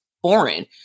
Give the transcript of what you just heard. Foreign